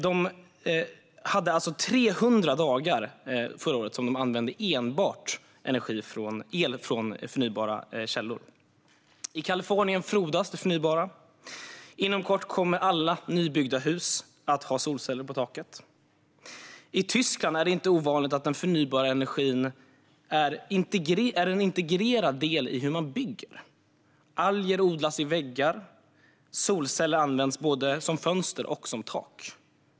De hade 300 dagar då de enbart använde el från förnybara källor. I Kalifornien frodas det förnybara. Inom kort kommer alla nybyggda hus att ha solceller på taket. I Tyskland är det inte ovanligt att den förnybara energin är en integrerad del när man bygger. Alger odlas i väggar, och solceller används både som fönster och som tak.